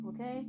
Okay